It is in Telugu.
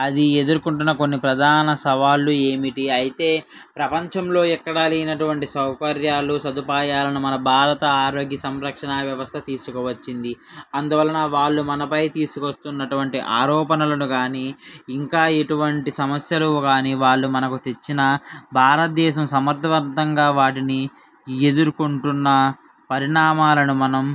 అది ఎదుర్కొంటున్న కొన్ని ప్రధాన సవాళ్లు ఏమిటి అయితే ప్రపంచంలో ఎక్కడా లేనటువంటి సౌకర్యాలు సదుపాయాలను మన భారత ఆరోగ్య సంరక్షణ వ్యవస్థ తీసుకువచ్చింది అందువలన వాళ్ళు మనపై తీసుకొస్తున్నటువంటి ఆరోపణలను కాని ఇంకా ఇటువంటి సమస్యలు కాని వాళ్ళు మనకు తెచ్చిన భారతదేశం సమర్థవంతంగా వాటిని ఎదుర్కుంటున్న పరిణామాలను మనం